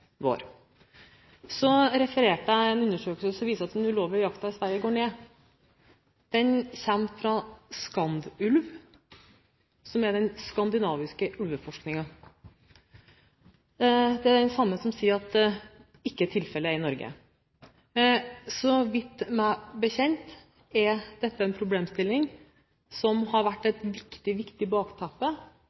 refererte jeg en undersøkelse som viser at den ulovlige jakten i Sverige går ned. Den kommer fra Skandulv, som er den skandinaviske ulveforskningen. Det er den samme som sier at det ikke er tilfellet i Norge. Så vidt jeg vet, er dette en problemstilling som har vært et meget viktig